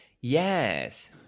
yes